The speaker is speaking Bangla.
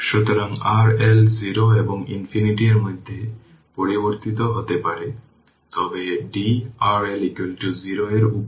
সুতরাং সিঙ্গুলারিটি ফাংশনের একটি ইনিশিয়াল ধারণা আমাদের রেসপন্স বোঝাতে সাহায্য করবে বিশেষ করে RC বা RL সার্কিটের স্টেপ রেসপন্স